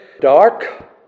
Dark